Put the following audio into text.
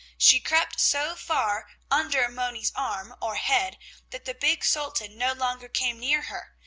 she crept so far under moni's arm or head that the big sultan no longer came near her,